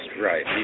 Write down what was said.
right